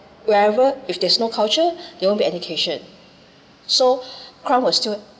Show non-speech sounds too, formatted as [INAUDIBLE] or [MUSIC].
wherever if there's no culture there won't be education so [BREATH] crime will still